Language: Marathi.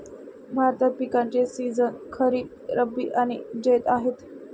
भारतात पिकांचे सीझन खरीप, रब्बी आणि जैद आहेत